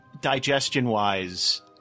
digestion-wise